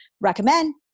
recommend